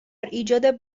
ایجاد